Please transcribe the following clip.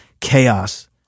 chaos